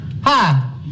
hi